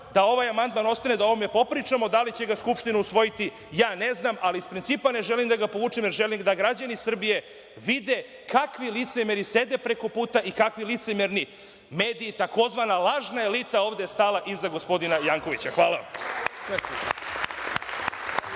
da ovaj amandman ostane, da o ovome popričamo. Da li će ga Skupština usvojiti, ja ne znam, ali iz principa ne želim da ga povučem, jer želim da građani Srbije vide kakvi licemeri sede prekoputa i kakvi licemerni mediji, takozvana lažna elita je ovde stala iza gospodina Jankovića. Hvala.